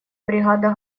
бригада